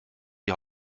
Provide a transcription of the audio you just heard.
die